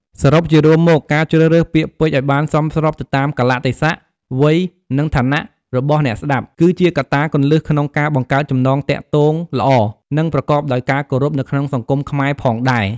សរុបជារួមមក ការជ្រើសរើសពាក្យពេចន៍ឲ្យបានសមស្របទៅតាមកាលៈទេសៈ វ័យ និងឋានៈរបស់អ្នកស្តាប់ គឺជាកត្តាគន្លឹះក្នុងការបង្កើតចំណងទាក់ទងល្អ និងប្រកបដោយការគោរពនៅក្នុងសង្គមខ្មែរផងដែរ។